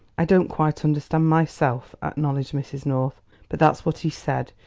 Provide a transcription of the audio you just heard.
i don't quite understand myself, acknowledged mrs. north but that's what he said.